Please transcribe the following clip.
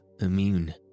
immune